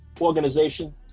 organization